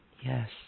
Yes